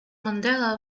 mandela